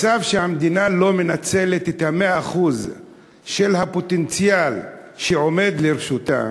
מצב שבו המדינה לא מנצלת את 100% הפוטנציאל שעומד לרשותה,